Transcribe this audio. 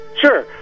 Sure